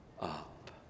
up